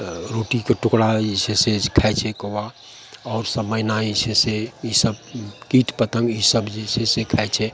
रोटीके टुकड़ा जे छै से खाइ छै कौआ आओर सब मैना जे छै ईसब कीट पतङ्ग ईसब जे छै से खाइ छै